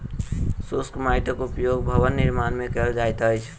शुष्क माइटक उपयोग भवन निर्माण मे कयल जाइत अछि